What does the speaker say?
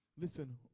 Listen